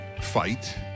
fight